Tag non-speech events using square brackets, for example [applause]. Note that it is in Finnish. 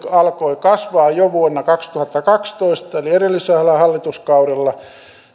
[unintelligible] alkoi kasvaa jo vuonna kaksituhattakaksitoista eli edellisellä hallituskaudella